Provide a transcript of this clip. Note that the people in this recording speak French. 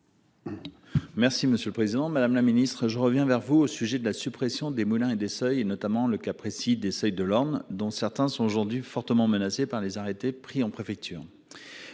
Merci, monsieur le Président Madame la Ministre je reviens vers vous au sujet de la suppression des moulins et des seuils et notamment le cas précis d'décès de l'Orne, dont certains sont aujourd'hui fortement menacé par les arrêtés pris en préfecture.